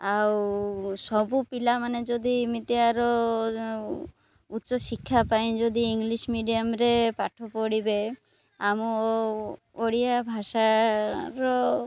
ଆଉ ସବୁ ପିଲାମାନେ ଯଦି ଏମିତିଆର ଉଚ୍ଚ ଶିକ୍ଷା ପାଇଁ ଯଦି ଇଂଲିଶ୍ ମିଡ଼ିୟମ୍ରେ ପାଠ ପଢ଼ିବେ ଆମ ଓଡ଼ିଆ ଭାଷାର